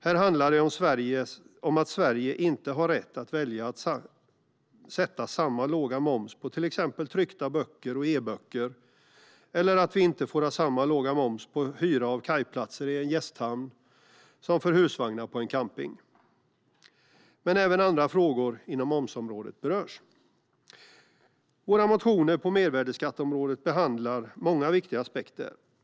Här handlar det om att Sverige inte har rätt att välja att sätta samma låga moms på till exempel tryckta böcker och e-böcker, eller att vi inte får ha samma låga moms på hyra av kajplatser i en gästhamn som för husvagnar på en camping. Men även andra frågor inom momsområdet berörs. Våra motioner på mervärdesskatteområdet behandlar många viktiga aspekter.